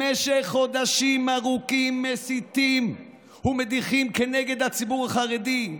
במשך חודשים ארוכים מסיתים ומדיחים כנגד הציבור החרדי,